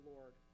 Lord